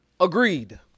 Agreed